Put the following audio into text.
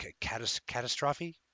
Catastrophe